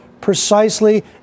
precisely